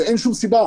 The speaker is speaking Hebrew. ואין שום סיבה לכך.